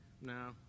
No